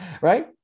right